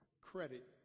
credit